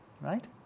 right